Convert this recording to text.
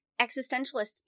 existentialists